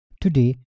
Today